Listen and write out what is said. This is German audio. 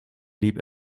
blieb